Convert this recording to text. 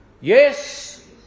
Yes